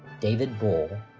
david bull,